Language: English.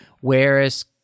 whereas